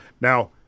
Now